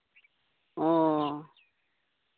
ᱚ